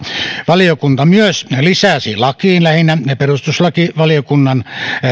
valiokunta myös lisäsi lakiin lähinnä perustuslakivaliokunnan